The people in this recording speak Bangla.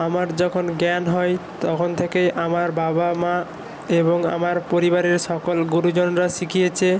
আমার যখন জ্ঞান হয় তখন থেকেই আমার বাবা মা এবং আমার পরিবারের সকল গুরুজনরা শিখিয়েছে